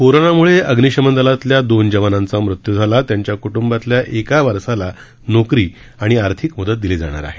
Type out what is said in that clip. कोरोनामुळे अग्निशमन दलातल्या दोन जवानांचा मृत्यू झाला त्यांच्या कुटुंबातल्या एका वारसाला नोकरी आणि आर्थिक मदत दिली जाणार आहे